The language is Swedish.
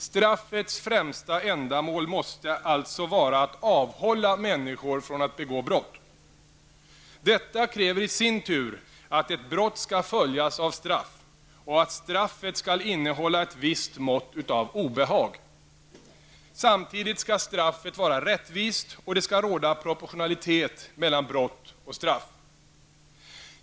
Straffets främsta ändamål måste alltså vara att avhålla människor från att begå brott. Detta kräver i sin tur att ett brott skall följas av straff och att straffet skall innehålla ett visst mått av obehag. Samtidigt skall straffet vara rättvist och det skall råda proportionalitet mellan brott och straff.